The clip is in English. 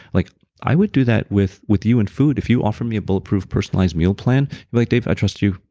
like i would do that with with you and food if you offered me a bulletproof personalized meal plan, i'm like dave, i trust you.